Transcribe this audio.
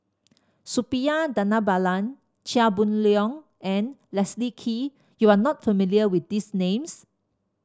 Suppiah Dhanabalan Chia Boon Leong and Leslie Kee you are not familiar with these names